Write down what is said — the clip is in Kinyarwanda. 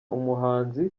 umuhanzi